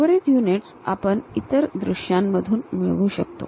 उर्वरित युनिट्स आपण इतर दृश्यांमधून मिळवू शकतो